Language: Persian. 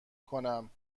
کنم